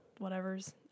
whatevers